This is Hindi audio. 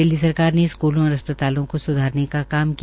दिल्ली सरकार ने स्कूलों और अस्पतालों को स्धारने का काम किया